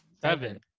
seven